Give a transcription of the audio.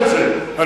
החיילים.